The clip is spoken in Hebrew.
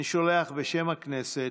אני שולח בשם הכנסת,